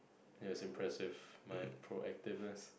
it was impressive my proactiveness